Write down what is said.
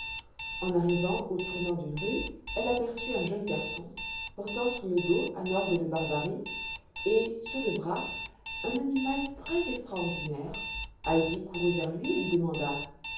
en arrivant au tournant d'une rue elle aperçut un jeune garçon portant sur le dos un orgue de barbarie et sur le bras un animal très extraordinaire heidi courut vers lui et lui demanda